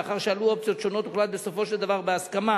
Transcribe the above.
לאחר שעלו אופציות שונות הוחלט בסופו של דבר בהסכמה